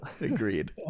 Agreed